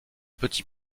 petit